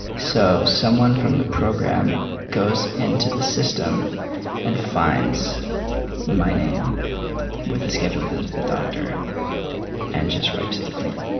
so someone from the program goes into the system and finds my name with a scheduled visit to the doctor and just wipes it clean